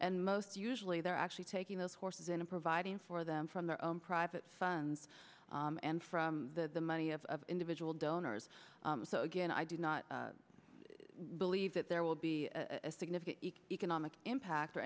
and most usually they're actually taking those horses into providing for them from their own private funds and from the money of individual donors so again i do not believe that there will be a significant economic impact or